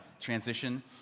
transition